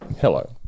Hello